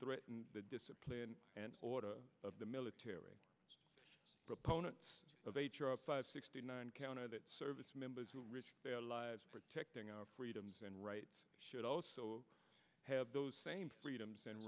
threaten the discipline and order of the military proponents of eighty five sixty nine counter that service members who reach their lives protecting our freedoms and rights should also have those same freedoms and